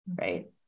right